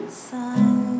sun